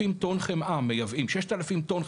מייבאים 6,000 טון חמאה.